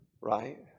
right